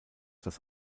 das